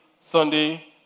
Sunday